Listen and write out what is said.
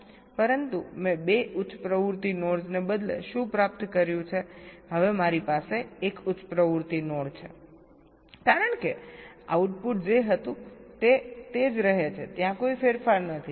પરંતુ મેં 2 ઉચ્ચ પ્રવૃત્તિ નોડસને બદલે શું પ્રાપ્ત કર્યું છે હવે મારી પાસે એક ઉચ્ચ પ્રવૃત્તિ નોડ છેકારણ કે આઉટપુટ જે હતું તે તે જ રહે છે ત્યાં કોઈ ફેરફાર નથી